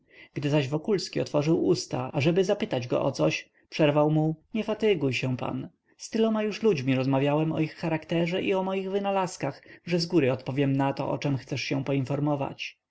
gdy zaś wokulski otworzył usta ażeby zapytać go o coś przerwał mu nie fatyguj się pan z tyloma już ludźmi rozmawiałem o ich charakterze i o moich wynalazkach że zgóry odpowiem na to o czem chcesz się poinformować